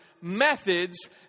methods